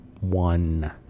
One